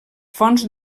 fonts